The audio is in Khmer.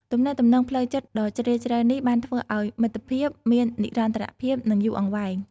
ទំនាក់ទំនងផ្លូវចិត្តដ៏ជ្រាលជ្រៅនេះបានធ្វើឱ្យមិត្តភាពមាននិរន្តរភាពនិងយូរអង្វែង។